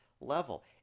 level